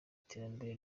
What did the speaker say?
iterambere